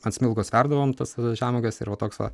ant smilgos verdavom tas žemuoges ir va toks va